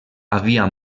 havia